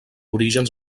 orígens